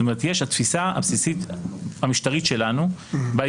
זאת אומרת התפיסה הבסיסית המשטרית שלנו באה